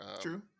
true